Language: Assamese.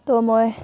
ত' মই